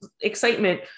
excitement